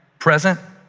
present.